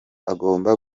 agomba